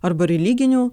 arba religinių